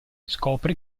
scopre